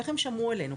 איך הם שמעו עלינו,